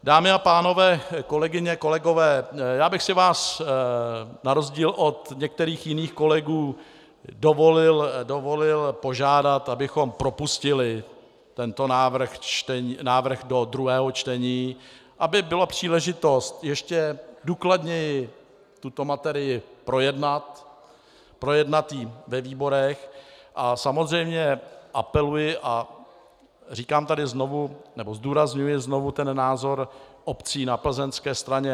Dámy a pánové, kolegyně a kolegové, já bych si vás, na rozdíl od některých jiných kolegů, dovolil požádat, abychom propustili tento návrh do druhého čtení, aby byla příležitost ještě důkladněji tuto materii projednat, projednat ji ve výborech, a samozřejmě apeluji a zdůrazňuji znovu názor obcí na plzeňské straně.